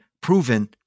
proven